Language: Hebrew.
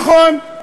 נכון,